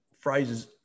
phrases